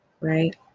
right